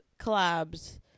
collabs